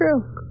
true